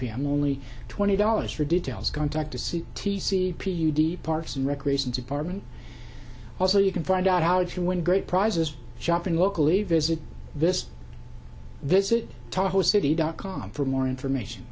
pm only twenty dollars for details contact to see t c p u d p parks and recreation department also you can find out how if you win great prizes shopping locally visit this visit taupo city dot com for more information